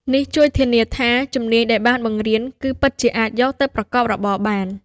នេះជួយធានាថាជំនាញដែលបានបង្រៀនគឺពិតជាអាចយកទៅប្រកបរបរបាន។